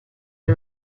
the